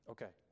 Okay